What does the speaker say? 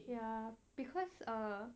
ya because err